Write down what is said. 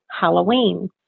Halloween